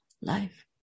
life